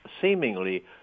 seemingly